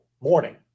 morning